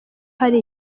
hari